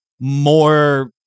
more